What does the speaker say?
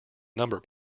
number